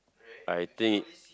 I think